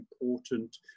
important